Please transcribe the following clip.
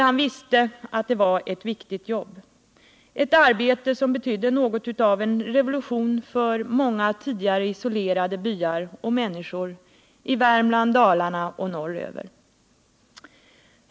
Han visste att det var ett viktigt jobb, ett arbete som betydde något av en revolution för många tidigare isolerade människor och byar i Värmland, i Dalarna och norröver.